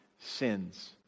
sins